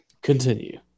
continue